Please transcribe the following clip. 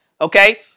Okay